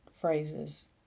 phrases